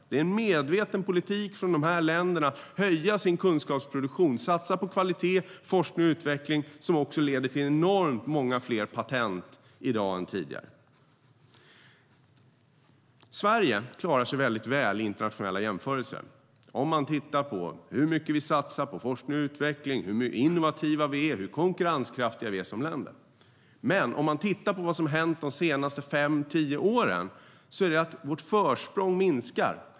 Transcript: Det är en medveten politik i de här länderna att höja sin kunskapsproduktion och satsa på kvalitet, forskning och utveckling som också leder till enormt många fler patent i dag än tidigare. Sverige klarar sig väldigt väl i internationella jämförelser om man tittar på hur mycket vi satsar på forskning och utveckling, hur innovativa vi är och hur konkurrenskraftiga vi är som land. Men om man tittar på vad som har hänt de senaste fem tio åren ser man att vårt försprång minskar.